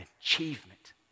achievement